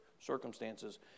circumstances